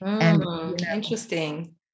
Interesting